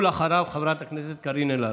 ואחריו, חברת הכנסת קארין אלהרר.